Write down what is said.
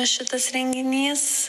šitas renginys